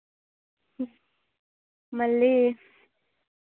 మళ్ళీ